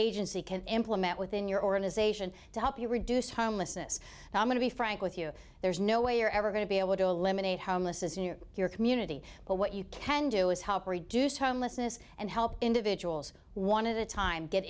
agency can implement within your organization to help you reduce homelessness and i'm going to be frank with you there's no way you're ever going to be able to eliminate homelessness in your community but what you can do is help reduce homelessness and help individuals want to time get